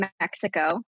Mexico